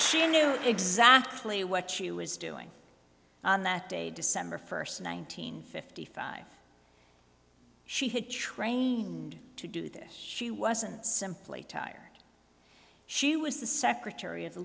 you knew exactly what she was doing on that day december first one nine hundred fifty five she had trained to do this she wasn't simply tired she was the secretary of the